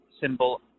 symbol